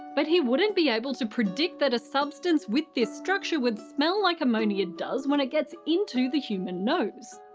but he wouldn't be able to predict that a substance with this structure would smell like ammonia does when it gets into the human nose.